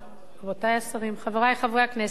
רבותי השרים, חברי חברי הכנסת,